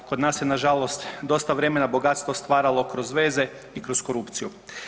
Kod nas je na žalost dosta vremena bogatstvo stvaralo kroz veze i kroz korupciju.